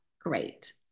great